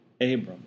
Abram